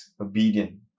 obedient